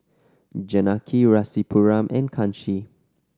Janaki Rasipuram and Kanshi